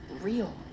real